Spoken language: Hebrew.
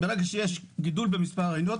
ברגע שיש גידול במספר האניות,